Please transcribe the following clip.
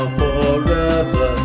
forever